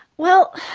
well,